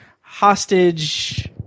hostage